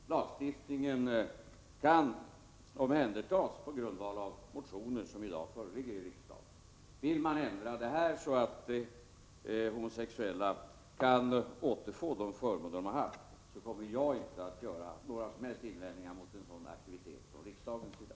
Lagstiftningen kan omhändertas på grundval av motioner som i dag föreligger i riksdagen. Vill man ändra detta så att homosexuella kan återfå de förmåner de har haft, kommer jag inte att göra några som helst invändningar mot en sådan aktivitet från riksdagens sida.